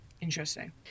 Interesting